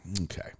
okay